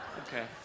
Okay